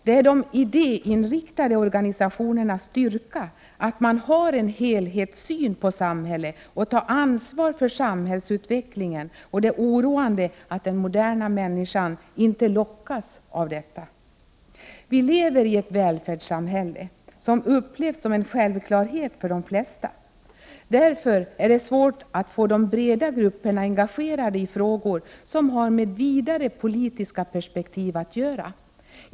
Det är de idéinriktade organisationernas styrka att de har en helhetssyn på samhället och tar ansvar för samhällsutvecklingen. Det är oroande att den moderna människan inte lockas av detta. Vi lever i ett välfärdssamhälle som upplevs som en självklarhet för de flesta. Det är därför svårt att få de breda grupperna engagerade i frågor som har med vidare politiska perspektiv att göra.